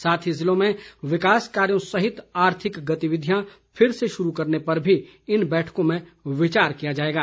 साथ ही ज़िलों में विकास कार्यो सहित आर्थिक गतिविधियां फिर से शुरू करने पर भी इन बैठकों में विचार किया जाएगा